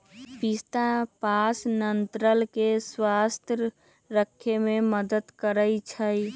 पिस्ता पाचनतंत्र के स्वस्थ रखे में मदद करई छई